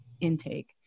intake